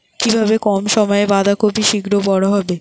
কিভাবে কম সময়ে বাঁধাকপি শিঘ্র বড় হবে?